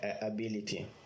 ability